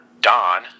Don